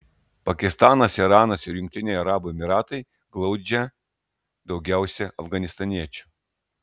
pakistanas iranas ir jungtiniai arabų emyratai glaudžia daugiausiai afganistaniečių